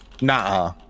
nah